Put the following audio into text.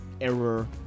error